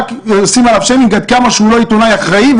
רק עושים לו ביוש פומבי על כמה שהוא לא עיתונאי אחראי.